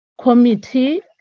committee